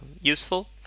useful